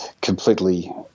completely